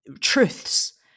truths